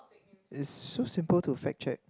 it's so simple to fact check